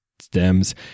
stems